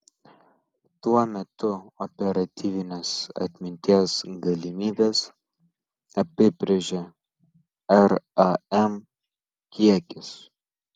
tuo metu operatyvinės atminties galimybes apibrėžia ram kiekis